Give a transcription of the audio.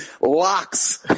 locks